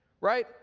right